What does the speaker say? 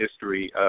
history